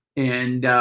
and